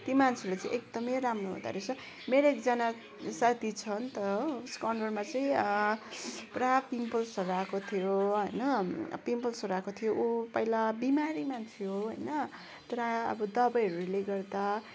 ती मान्छेहरूलाई चाहिँ एकदमै राम्रो हुँदोरहेछ मेरो एकजना साथी छ नि त हो उसको अनुहारमा चाहिँ पुरा पिम्पल्सहरू आएको थियो होइन पिम्पल्सहरू आएको थियो उ पहिला बिमारी मान्छे हो होइन तर अब दबाईहरूले गर्दा